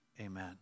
Amen